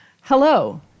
hello